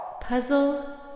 Puzzle